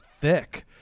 thick